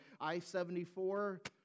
I-74